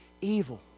evil